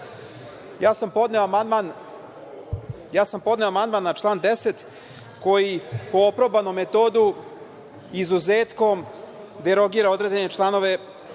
ja sam podneo amandman koji po oprobanom metodu izuzetkom derogira određene članove